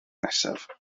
nesaf